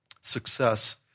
success